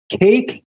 cake